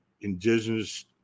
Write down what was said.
indigenous